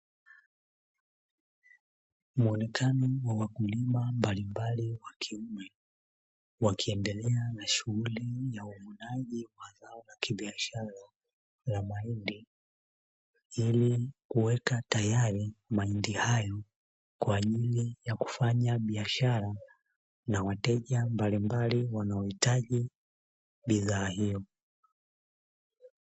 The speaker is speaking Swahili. Mwonekano wa wakulima mbalimbali wa kiume ,wakiendelea na shughuli ya uvunaji mazao ya kibiashara ya mahindi, ili kuweka tayari mahindi hayo kwa ajili ya kufanya biashara na wateja mbalimbali wanao hitaji bidhaa hiyo.